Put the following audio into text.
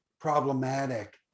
problematic